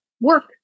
work